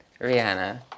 Rihanna